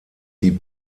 sie